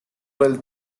well